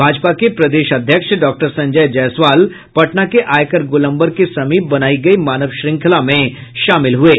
भाजपा के प्रदेश अध्यक्ष डॉक्टर संजय जायसवाल पटना के आयकर गोलम्बर के समीप बनायी गयी मानव श्रृंखला में शामिल हये